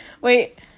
Wait